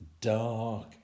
dark